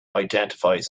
identifies